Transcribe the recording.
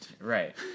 right